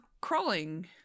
crawling